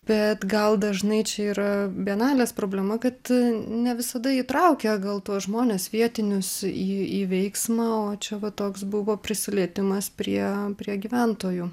bet gal dažnai čia yra bienalės problema kad ne visada įtraukia gal tuos žmones vietinius į į veiksmą o čia va toks buvo prisilietimas prie prie gyventojų